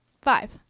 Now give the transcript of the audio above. five